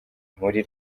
muri